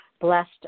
blessed